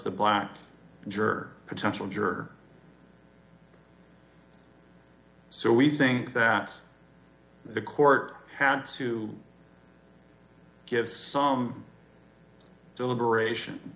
the black jerk potential juror so we think that the court had to give some deliberation